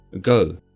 Go